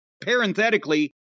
parenthetically